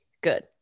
good